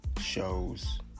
shows